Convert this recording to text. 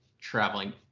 traveling